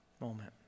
Moment